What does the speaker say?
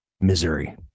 Missouri